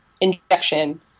injection